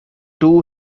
two